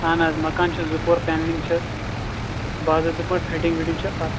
اَہَن حظ مکان چھِ زٕ پور پینلِنٛگ چھَس باضٲبطہٕ پٲٹھۍ فِٹِنٛگ وِٹِنٛگ چھِ اَتھ